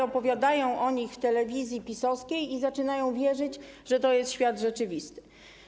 Opowiadają oni w telewizji PiS-owskiej i zaczynają wierzyć, że to jest świat rzeczywisty.